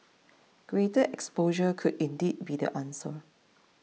greater exposure could indeed be the answer